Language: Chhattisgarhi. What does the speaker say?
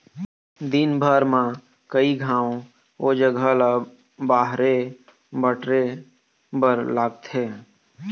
दिनभर म कइ घांव ओ जघा ल बाहरे बटरे बर लागथे